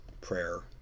prayer